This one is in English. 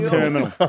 terminal